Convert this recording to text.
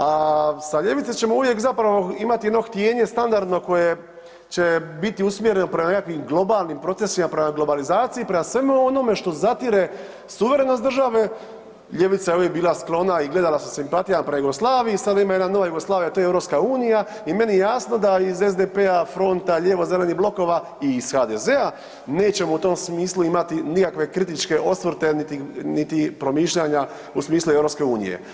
A sa ljevicom ćemo uvijek imati jedno htijenje standardno koje će biti usmjereno prema nekakvim globalnim procesima, prema globalizaciji, prema svemu onome što zadire suverenost države, ljevica je uvijek bila sklona i gledala sa simpatijama prema Jugoslaviji, a sada ima jedna nova Jugoslavija, a to je EU i meni je jasno da SDP-a fronta lijevo zelenih blokova i iz HDZ-a nećemo u tom smislu imati nikakve kritičke osvrte niti promišljanja u smislu EU.